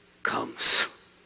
comes